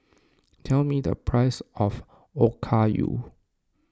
tell me the price of Okayu